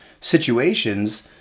situations